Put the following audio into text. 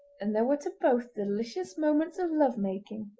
and there were to both delicious moments of love-making.